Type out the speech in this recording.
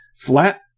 Flat